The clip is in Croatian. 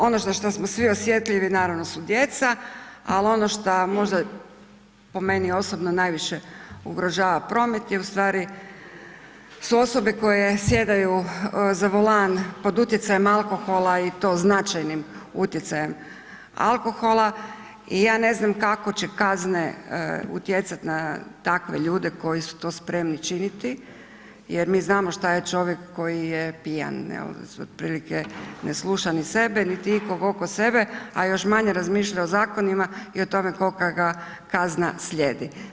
Ono na što smo svi osjetljivi naravno su djeca, al ono šta možda po meni osobno najviše ugrožava promet je u stvari, su osobe koje sjedaju za volan pod utjecajem alkohola i to značajnim utjecajem alkohola i ja ne znam kako će kazne utjecat na takve ljude koji su to spremni činiti, jer mi znamo šta je čovjek koji je pijan, evo otprilike ne sluša ni sebe niti ikog oko sebe, a još manje razmišlja o zakonima i o tome kolika ga kazna slijedi.